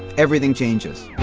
everything changes.